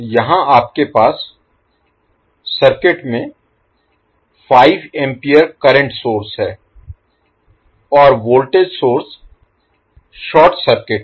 यहां आपके पास सर्किट में 5 एम्पीयर करंट सोर्स है और वोल्टेज सोर्स शॉर्ट सर्किट है